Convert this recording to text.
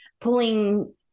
pulling